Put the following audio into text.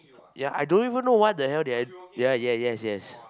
ya I don't even know what the hell did I ya yes yes yes